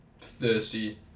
Thirsty